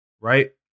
Right